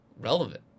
relevant